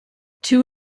two